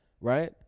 right